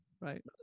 Right